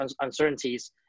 uncertainties